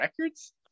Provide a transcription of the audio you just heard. records